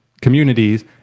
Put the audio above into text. communities